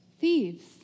Thieves